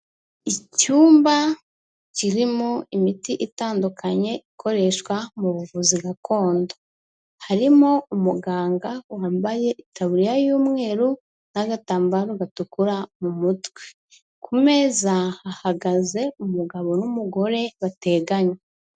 Icyumba kirimo imiti itandukanye ikoreshwa mu buvuzi gakondo. Harimo umuganga wambaye itaburiya y'umweru n'agatambaro gatukura mu mutwe. Ku meza hahagaze umugabo n'umugore bateganye.